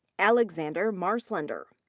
alexander marslender.